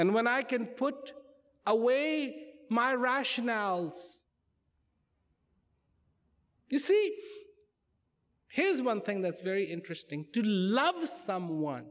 and when i can put away my rationales you see here's one thing that's very interesting to love someone